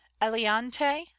Eliante